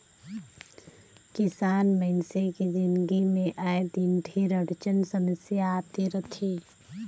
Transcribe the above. किसान मइनसे के जिनगी मे आए दिन ढेरे अड़चन समियसा आते रथे